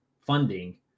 funding